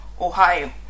Ohio